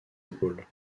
épaules